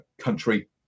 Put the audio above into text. country